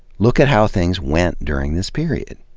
look at how things went during this period.